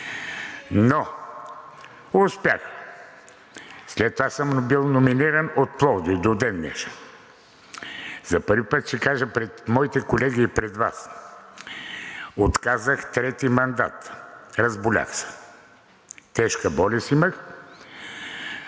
но успях. След това съм бил номиниран от Пловдив до ден днешен. За първи път ще кажа пред моите колеги и пред Вас. Отказах трети мандат, разболях се, тежка болест имах.